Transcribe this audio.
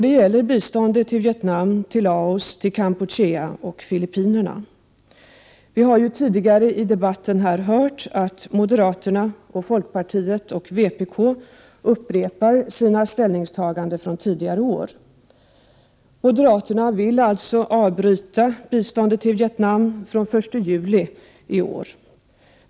Det gäller biståndet till Vietnam, Laos, Kampuchea och Filippinerna. Vi har ju tidigare i debatten hört att moderaterna, folkpartiet och vpk upprepar sina ställningstaganden från tidigare år. Moderaterna vill alltså att biståndet till Vietnam skall upphöra den 1 juli 1989.